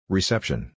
Reception